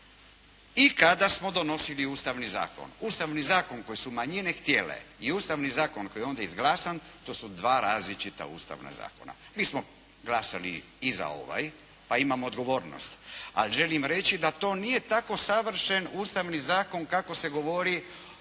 i kada smo donosili Ustavni zakon. Ustavni zakon koji su manjine htjele i Ustavni zakon koji je onda izglasan to su dva različita ustavna zakona. Mi smo glasali i za ovaj pa imamo odgovornost, ali želim reći da to nije tako savršen Ustavni zakon kako se govori u